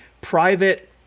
private